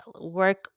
work